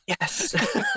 yes